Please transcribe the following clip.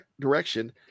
direction